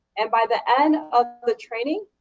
and by the end of the training,